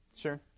Sure